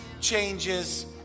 changes